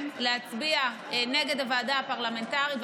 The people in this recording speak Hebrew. להצביע נגד הוועדה הפרלמנטרית,